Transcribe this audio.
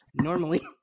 normally